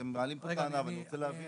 אתם מעלים פה טענה ואני רוצה להבין.